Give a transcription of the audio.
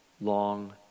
long